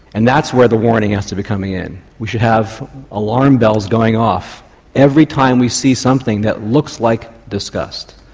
and that's where the warning has to become in. we should have alarm bells going off every time we see something that looks like disgust,